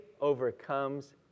overcomes